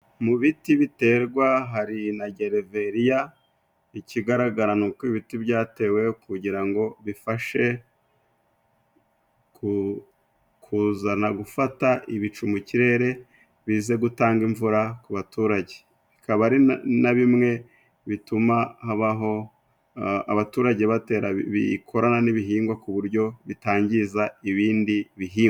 Mu biti biterwa hari na gereveriya, ikigaragara ni uko ibi ibiti byatewe kugira ngo bifashe kuzana gufata ibicu mu kirere bize gutanga imvura ku baturage. Bikaba ari na bimwe bituma habaho abaturage batera bikorana n'ibihingwa ku buryo bitangiza ibindi bihingwa.